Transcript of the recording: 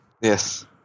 Yes